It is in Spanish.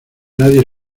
nadie